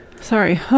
Sorry